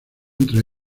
entre